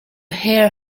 hair